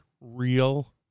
real